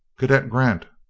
cadet grant